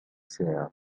sert